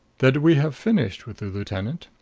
that we have finished with the lieutenant.